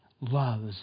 loves